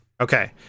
okay